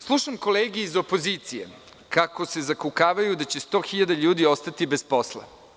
Slušam kolege iz opozicije kako se zakukavaju da će sto hiljada ljudi ostati bez posla.